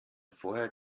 vorher